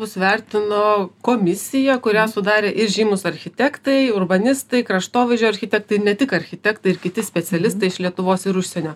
mus vertino komisija kurią sudarė ir žymūs architektai urbanistai kraštovaizdžio architektai irne tik architektai ir kiti specialistai iš lietuvos ir užsienio